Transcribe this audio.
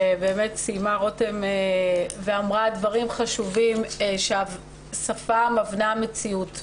רותם באמת סיימה ואמרה דברים חשובים שהשפה מבנה מציאות.